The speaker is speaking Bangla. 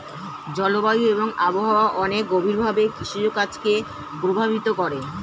জলবায়ু এবং আবহাওয়া অনেক গভীরভাবে কৃষিকাজ কে প্রভাবিত করে